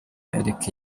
erica